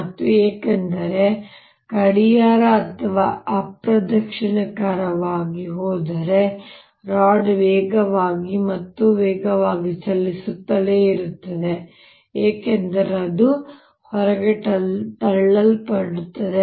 ಮತ್ತೆ ಏಕೆಂದರೆ ಕರೆಂಟ್ ಗಡಿಯಾರ ಅಥವಾ ಅಪ್ರದಕ್ಷಿಣಾಕಾರವಾಗಿ ಹೋದರೆ ರಾಡ್ ವೇಗವಾಗಿ ಮತ್ತು ವೇಗವಾಗಿ ಚಲಿಸುತ್ತಲೇ ಇರುತ್ತದೆ ಏಕೆಂದರೆ ಅದು ಹೊರಗೆ ತಳ್ಳಲ್ಪಡುತ್ತದೆ